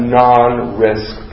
non-risk